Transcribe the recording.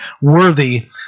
worthy